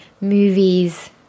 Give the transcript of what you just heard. movies